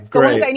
Great